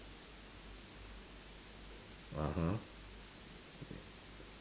(uh huh)